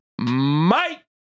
Mike